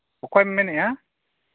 ᱚᱠᱚᱭᱮᱢ ᱢᱮᱱᱮᱜᱼᱟ